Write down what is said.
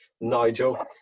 Nigel